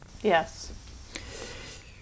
Yes